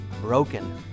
broken